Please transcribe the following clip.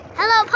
Hello